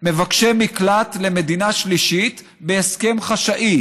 מבקשי מקלט למדינה שלישית בהסכם חשאי.